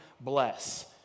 BLESS